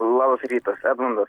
labas rytas edmundas